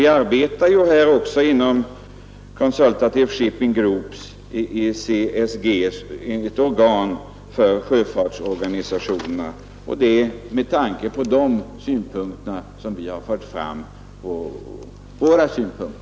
Vi arbetar ju här också inom Consultative Shipping Group, CSG, som är ett organ för sjöfartsorganisationerna. Det är, herr talman, med tanke på dessa synpunkter som vi har fört fram vårt förslag.